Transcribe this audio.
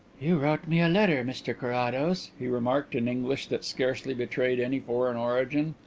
you wrote me a letter, mr carrados, he remarked, in english that scarcely betrayed any foreign origin,